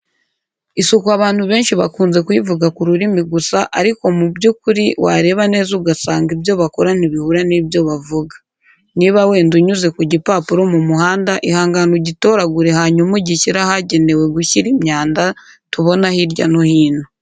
Isuku abantu benshi bakunze kuyivuga ku rurimi gusa, ariko mu by'ukuri wareba neza ugasanga ibyo bakora ntibihura n'ibyo bavuga. Niba wenda unyuze ku gipapuro mu muhanda, ihangane ugitoragure hanyuma ugishyire ahagenewe gushyira imyanda tubona hirya no hino.